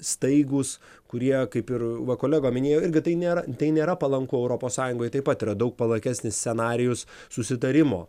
staigūs kurie kaip ir va kolega minėjo irgi tai nėra tai nėra palanku europos sąjungai taip pat yra daug palankesnis scenarijus susitarimo